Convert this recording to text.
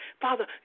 Father